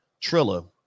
Trilla